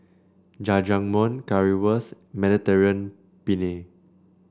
Jajangmyeon Currywurst Mediterranean Penne